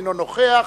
אינו נוכח.